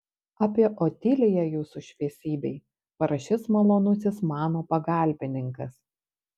apie otiliją jūsų šviesybei parašys malonusis mano pagalbininkas